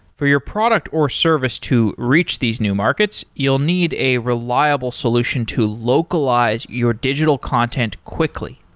for your product or service to reach these new markets, you'll need a reliable solution to localize your digital content quickly.